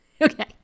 Okay